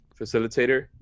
facilitator